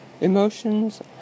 Emotions